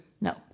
No